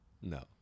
No